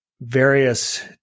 various